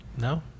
no